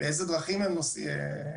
באיזה דרכים הן נוסעות.